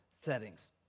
settings